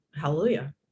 Hallelujah